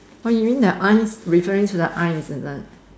what you mean the aunt referring to the aunts is it